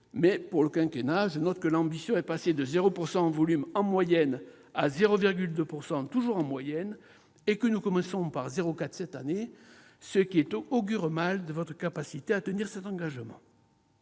l'échelle du quinquennat, l'ambition est passée de 0 % en volume en moyenne à 0,2 %, toujours en moyenne, et que nous commençons par 0,4 % cette année, ce qui augure mal de votre capacité à tenir cet engagement.